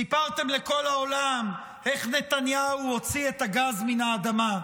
סיפרתם לכל העולם איך נתניהו הוציא את הגז מן האדמה.